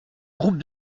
groupe